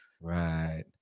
Right